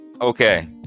Okay